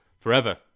forever